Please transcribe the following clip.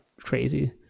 crazy